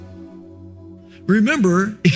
Remember